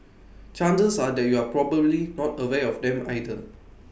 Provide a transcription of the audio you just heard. chances are that you're probably not aware of them either